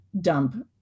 dump